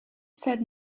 said